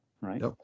Right